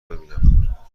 ببینم